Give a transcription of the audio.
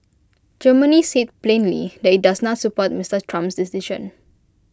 Germany said plainly that IT does not support Mister Trump's decision